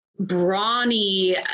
brawny